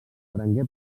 prengué